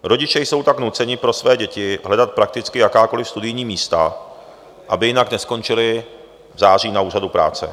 Rodiče jsou tak nuceni pro své děti hledat prakticky jakákoliv studijní místa, aby jinak neskončily v září na úřadu práce.